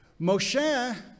Moshe